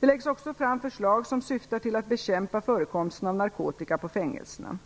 Det läggs också fram förslag som syftar till att bekämpa förekomsten av narkotika på fängelserna.